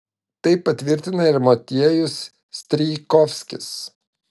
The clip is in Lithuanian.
tai patvirtina ir motiejus strijkovskis